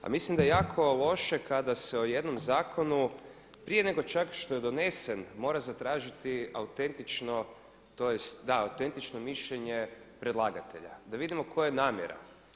A mislim da je jako loše kada se o jednom zakonu prije nego čak što je donesen mora zatražiti autentično, tj., da, autentično mišljenje predlagatelja da vidimo koja je namjera.